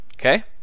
Okay